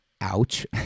Ouch